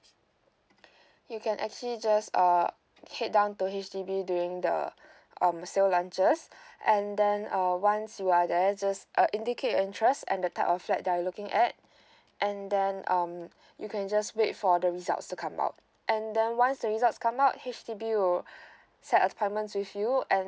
you can actually just err head down to H_D_B during the um sale launches and then uh once you are there just uh indicate your interest and the type of flat that you are looking at and then um you can just wait for the results to come out and then once the results come out H_D_B will set appointments with you and